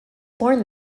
born